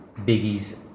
biggies